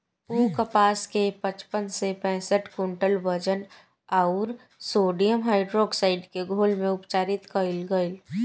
उ कपास के पचपन से पैसठ क्विंटल वजन अउर सोडियम हाइड्रोऑक्साइड के घोल में उपचारित कइल गइल